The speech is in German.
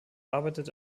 arbeitet